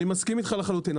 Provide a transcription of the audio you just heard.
אני מסכים אתך לחלוטין.